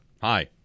Hi